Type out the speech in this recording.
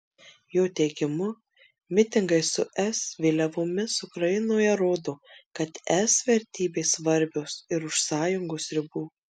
jo teigimu mitingai su es vėliavomis ukrainoje rodo kad es vertybės svarbios ir už sąjungos ribų